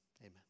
amen